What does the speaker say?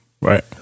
Right